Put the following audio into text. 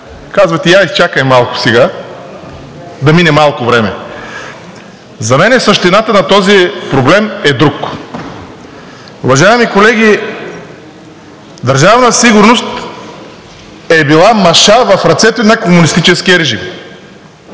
казвате: я изчакайте малко сега да мине малко време. За мен същината на този проблем е друга. Уважаеми колеги, Държавна сигурност е била маша в ръцете на комунистическия режим,